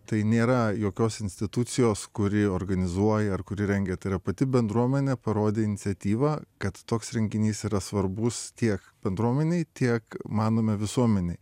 tai nėra jokios institucijos kuri organizuoja ar kuri rengia tai yra pati bendruomenė parodė iniciatyvą kad toks renginys yra svarbus tiek bendruomenei tiek manome visuomenei